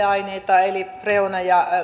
aineita eli freoneja